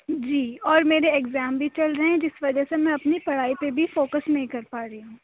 جی اور میرے ایگزام بھی چل رہے ہیں جس وجہ سے میں اپنی پڑھائی پہ بھی فوکس نہیں کر پا رہی ہوں